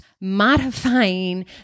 modifying